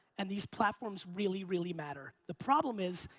and these platforms really, really matter. the problem is,